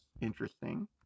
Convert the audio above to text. interesting